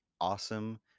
Awesome